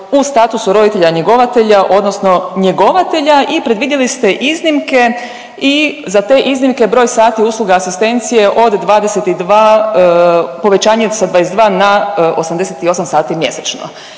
u statusu roditelja njegovatelja odnosno njegovatelja i predvidjeli ste iznimke i za te iznimke broj sati i usluga asistencije od 22, povećanje sa 22 na 88 sati mjesečno.